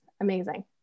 amazing